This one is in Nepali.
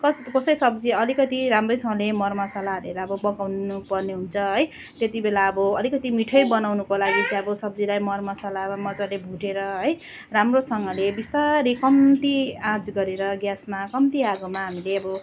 कस कसै सब्जी अलिकति राम्रैसँगले मर मसला हालरे अब पकाउनु पर्ने हुन्छ है त्यति बेला अब अलिकति मिठै बनाउनुको लागि चाहिँ अब सब्जीलाई मर मसलामा मजाले भुटेर है राम्रोसँगले बिस्तारै कम्ती आँच गरेर ग्यासमा कम्ती आगोमा हामीले अब